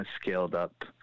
scaled-up